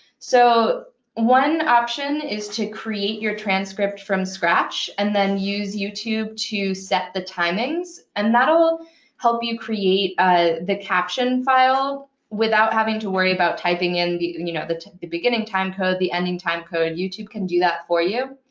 so one option is to create your transcript from scratch, and then use youtube to set the timings. and that will help you create ah the caption file without having to worry about typing in the you know the beginning timecode, the ending timecode. youtube can do that for you.